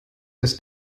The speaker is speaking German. ist